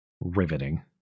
riveting